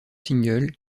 single